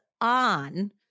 on